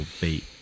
beat